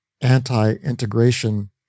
anti-integration